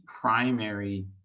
primary